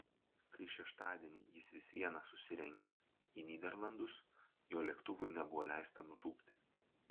kai šeštadienį jis vis viena susirengė į nyderlandus jo lėktuvui nebuvo leista nutūpti